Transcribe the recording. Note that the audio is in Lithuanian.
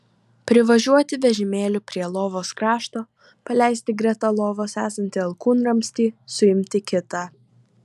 privažiuoti vežimėliu prie lovos krašto paleisti greta lovos esantį alkūnramstį suimti kitą